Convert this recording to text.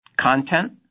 content